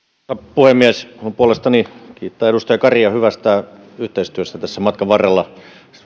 puhemies haluan puolestani kiittää edustaja karia hyvästä yhteistyöstä tässä matkan varrella